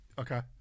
Okay